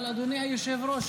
אבל אדוני היושב-ראש,